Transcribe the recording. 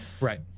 Right